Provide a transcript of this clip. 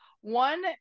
one